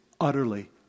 utterly